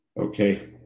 Okay